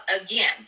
again